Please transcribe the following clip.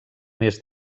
més